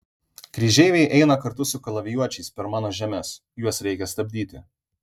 kryžeiviai eina kartu su kalavijuočiais per mano žemes juos reikia stabdyti